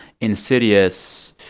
insidious